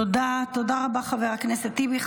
תודה, תודה רבה, חבר הכנסת טיבי.